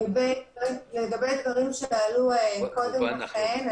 לגבי דברים שעלו קודם לכן,